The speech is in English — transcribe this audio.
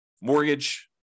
mortgage